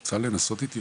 אתה צריכה לנסות איתי?